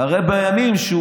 הרי בימים שהוא